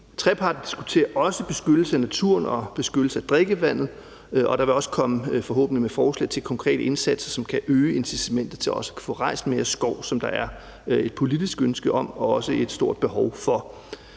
Treparten diskuterer også beskyttelse af naturen og beskyttelse af drikkevandet, og den vil forhåbentlig også komme med forslag til konkrete indsatser, som kan øge incitamentet til også at få rejst mere skov, hvad der er et politisk ønske om og også et stort behov for.